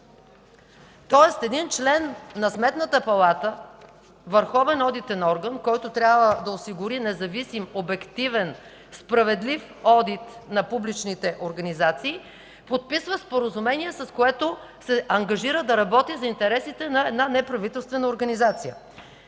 Тоест един член на Сметната палата – върховен одитен орган, който трябва да осигури независим, обективен, справедлив одит на публичните организации, подписва споразумение, с което се ангажира да работи за интересите на една неправителствена организация.